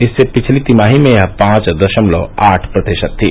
इससे पिछली तिमाही में यह पांच दशमलव आठ प्रतिशत थी